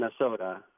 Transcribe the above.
Minnesota